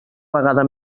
vegada